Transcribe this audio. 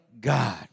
God